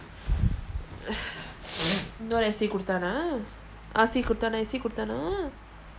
எப்படியும்வந்து:eppadium vandhu